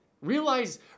Realize